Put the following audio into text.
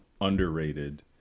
underrated